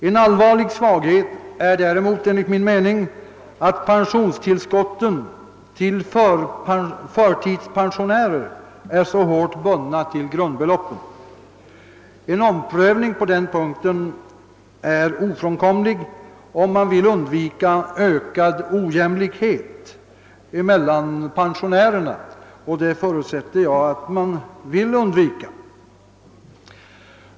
En allvarlig svaghet är däremot enligt min mening att pensionstillskotten till förtidspensionärer är så hårt bundna till grundbeloppen. En omprövning på den punkten är ofrånkomlig, om man vill undvika en ökad klyfta i vad avser jämlikhet mellan pensionärerna, och det förutsätter jag att man vill.